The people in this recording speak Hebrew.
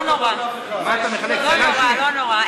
חבורה של שונאי